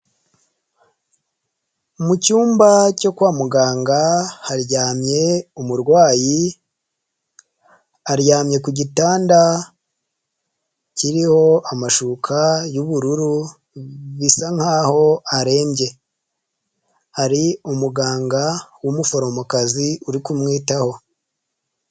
Mu cyumba cyo kwa muganga haryamye umurwayi, aryamye ku gitanda kiriho amashuka y'ubururu, bisa nk'aho arembye, hari umuganga w'umuforomokazi uri kumwitaho.